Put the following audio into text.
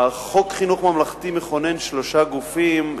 חוק חינוך ממלכתי מכונן שלושה גופים,